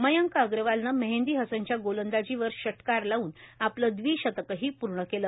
मयंक अग्रवालनं मेहंदी हसंनच्या गोलंदाजीवर भाटकार लावून आपलं द्विशतकही पूर्ण केलं